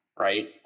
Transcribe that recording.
Right